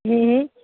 હમ્મ હ